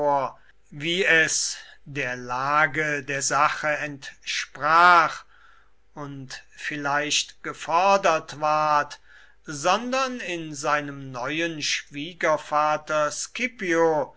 wie es der lage des sache entsprach und vielfach gefordert ward sondern in seinem neuen schwiegervater